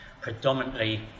predominantly